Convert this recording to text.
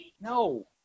no